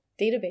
Database